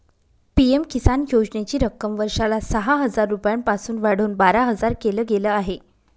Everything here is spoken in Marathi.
पी.एम किसान योजनेची रक्कम वर्षाला सहा हजार रुपयांपासून वाढवून बारा हजार केल गेलं आहे